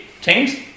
Teams